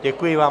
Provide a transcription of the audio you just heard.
Děkuji vám.